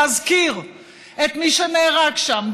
להזכיר את מי שנהרג שם,